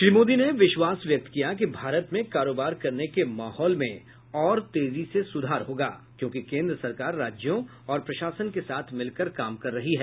श्री मोदी ने विश्वास व्यक्त किया कि भारत में कारोबार करने के माहौल में और तेजी से सुधार होगा क्योंकि केन्द्र सरकार राज्यों और प्रशासन के साथ मिलकर काम कर रही है